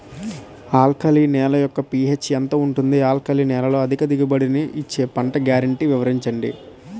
Alkali నేల యెక్క P H ఎంత ఉంటుంది? ఆల్కలి నేలలో అధిక దిగుబడి ఇచ్చే పంట గ్యారంటీ వివరించండి?